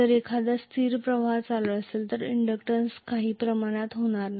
जर एखादा स्थिर प्रवाह करंट असेल तर इंडक्टन्सचा काही परिणाम होणार नाही